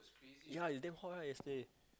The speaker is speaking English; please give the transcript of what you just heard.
ya it's damn hot right yesterday